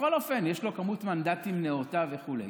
בכל אופן יש לו כמות מנדטים נאותה וכו'.